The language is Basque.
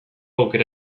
aukera